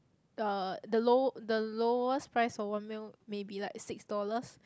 the the low~ the lowest price for one meal may be like six dollars